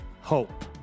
hope